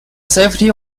safety